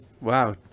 wow